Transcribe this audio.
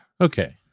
okay